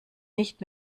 nicht